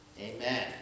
Amen